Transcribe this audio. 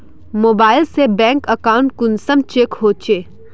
Mobile से bank account कुंसम check होचे?